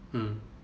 mm